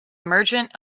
merchant